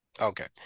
Okay